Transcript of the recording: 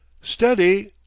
Steady